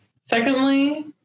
Secondly